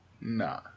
Nah